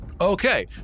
Okay